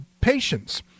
patients